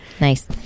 Nice